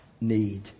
need